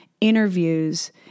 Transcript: interviews